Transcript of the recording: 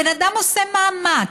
הבן אדם עושה מאמץ,